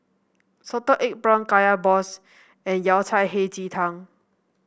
Salted Egg prawn Kaya Balls and Yao Cai Hei Ji Tang